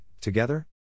together